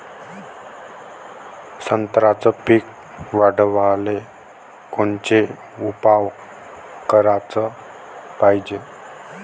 संत्र्याचं पीक वाढवाले कोनचे उपाव कराच पायजे?